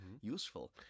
Useful